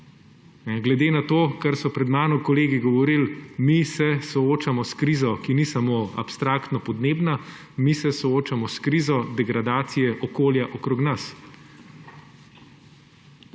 Glede na to, kar so pred mano kolegi govorili, mi se soočamo s krizo, ki ni samo abstraktno podnebna, mi se soočamo s krizo degradacije okolja okrog nas.